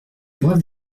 brave